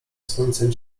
słońcem